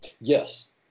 Yes